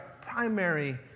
primary